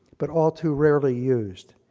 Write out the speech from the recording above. but all too rarely used.